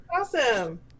Awesome